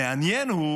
המעניין הוא